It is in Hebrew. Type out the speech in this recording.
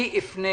אני אפנה